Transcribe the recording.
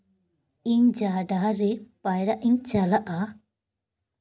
ᱤᱧ ᱡᱟᱦᱟᱸ ᱰᱟᱦᱟᱨ ᱨᱮ ᱯᱟᱭᱨᱟᱜ ᱤᱧ ᱪᱟᱞᱟᱜᱼᱟ